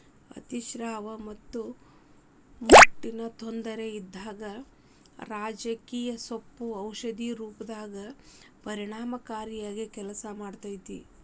ಅತಿಸ್ರಾವ ಮತ್ತ ಮುಟ್ಟಿನ ತೊಂದರೆ ಇದ್ದಾಗ ರಾಜಗಿರಿ ಸೊಪ್ಪು ಔಷಧಿ ರೂಪದಾಗ ಪರಿಣಾಮಕಾರಿಯಾಗಿ ಕೆಲಸ ಮಾಡ್ತೇತಿ